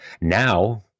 now